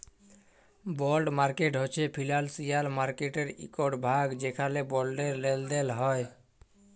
বল্ড market হছে financial মার্কেটের ইকট ভাগ যেখালে বল্ডের লেলদেল হ্যয়